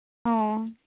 ᱚᱻ